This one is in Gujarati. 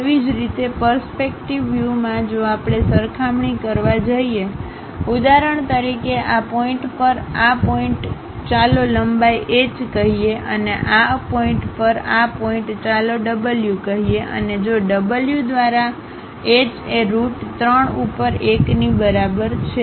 તેવી જ રીતે પરસ્પેક્ટિવવ્યૂમાં જો આપણે સરખામણી કરવા જઈએ ઉદાહરણ તરીકે આ પોઇન્ટપર આ પોઇન્ટચાલો લંબાઈ h કહીએ અને આ પોઇન્ટપર આ પોઇન્ટચાલો w કહીએ અને જો w દ્વારા h એ રુટ 3 ઉપર 1 ની બરાબર છે